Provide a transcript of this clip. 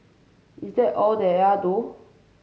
is that all they are though